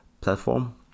platform